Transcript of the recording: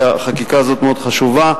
שהחקיקה הזאת מאוד חשובה.